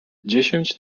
dziesięć